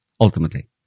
ultimately